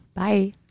Bye